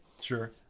Sure